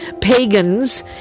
pagans